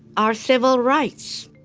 our civil rights.